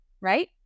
right